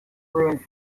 ruins